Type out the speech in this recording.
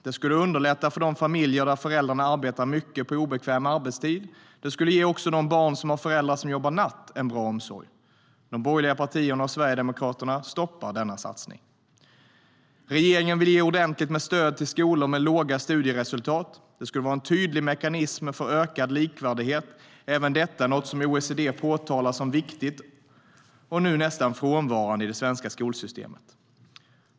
Det skulle underlätta för de familjer där föräldrarna arbetar mycket på obekväm arbetstid. Det skulle ge också de barn som har föräldrar som jobbar natt en bra omsorg. De borgerliga partierna och Sverigedemokraterna stoppar denna satsning. Regeringen vill ge ordentligt med stöd till skolor med låga studieresultat. Det skulle vara en tydlig mekanism för ökad likvärdighet. Även detta är något som OECD framhåller som viktigt och som nu nästan är frånvarande i det svenska skolsystemet.